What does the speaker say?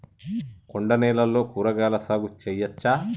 కొండ నేలల్లో కూరగాయల సాగు చేయచ్చా?